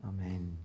Amen